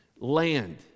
Land